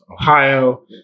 Ohio